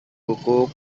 buku